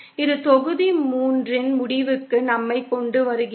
இது தொகுதி 3 இன் முடிவுக்கு நம்மைக் கொண்டுவருகிறது